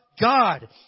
God